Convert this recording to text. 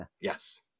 Yes